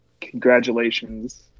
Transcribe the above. Congratulations